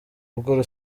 rugo